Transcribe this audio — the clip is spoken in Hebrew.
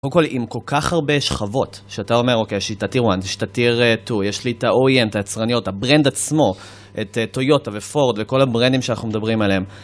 קודם כל, עם כל כך הרבה שכבות, שאתה אומר, אוקיי, יש לי את ה-T1, יש לי את ה-T2, יש לי את ה-OEM, את היצרניות, הברנד עצמו, את טויוטה ופורד וכל הברנדים שאנחנו מדברים עליהם.